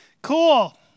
Cool